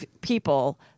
people